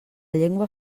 llengua